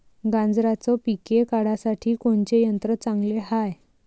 गांजराचं पिके काढासाठी कोनचे यंत्र चांगले हाय?